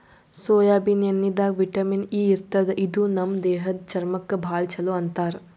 soybean ಎಣ್ಣಿದಾಗ್ vitamin E ಇರ್ತದ್ ಇದು ನಮ್ ದೇಹದ್ದ್ ಚರ್ಮಕ್ಕಾ ಭಾಳ್ ಛಲೋ ಅಂತಾರ್